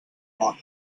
mor